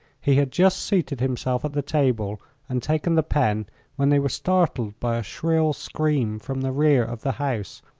he had just seated himself at the table and taken the pen when they were startled by a shrill scream from the rear of the house.